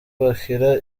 bakira